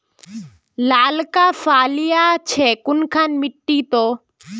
लालका फलिया छै कुनखान मिट्टी त?